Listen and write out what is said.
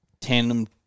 tandem